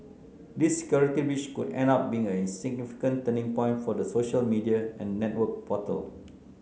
this security breach could end up being a significant turning point for the social media and network portal